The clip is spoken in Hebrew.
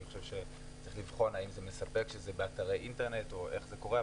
צריך לבחון האם זה מספק שזה באתרי אינטרנט או איך זה קורה,